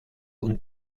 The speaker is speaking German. und